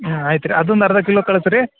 ಹಾಂ ಆಯ್ತು ರೀ ಅದೊಂದು ಅರ್ಧ ಕಿಲೋ ಕಳಿಸ್ ರೀ